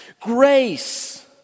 Grace